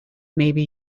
maybe